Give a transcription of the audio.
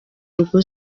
rugo